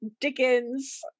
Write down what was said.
Dickens